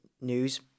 news